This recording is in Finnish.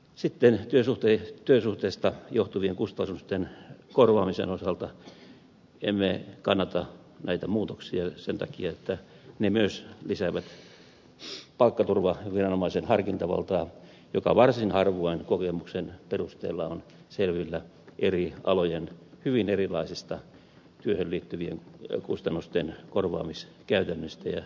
sitten työsuhteista johtuvien kustannusten korvaamisen osalta emme kannata näitä muutoksia sen takia että ne myös lisäävät sen palkkaturvaviranomaisen harkintavaltaa joka varsin harvoin kokemuksen perusteella on selvillä eri alojen hyvin erilaisista työhön liittyvien kustannusten korvaamiskäytännöistä ja sopimuksista